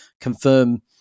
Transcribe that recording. confirm